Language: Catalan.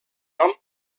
nom